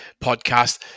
podcast